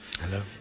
Hello